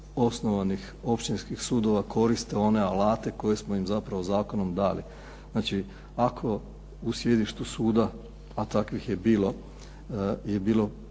općinskih sudova koriste one alate koje smo im zapravo zakonom dali. Znači ako u sjedištu suda, a takvih je bilo, je bilo